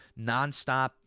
nonstop